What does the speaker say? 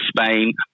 Spain